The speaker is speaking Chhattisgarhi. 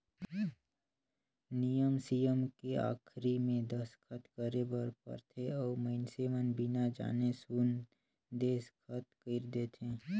नियम सियम के आखरी मे दस्खत करे बर परथे अउ मइनसे मन बिना जाने सुन देसखत कइर देंथे